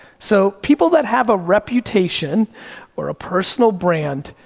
so, people that have a reputation or a personal brand,